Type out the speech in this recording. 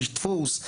איש דפוס.